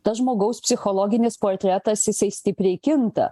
tas žmogaus psichologinis portretas jisai stipriai kinta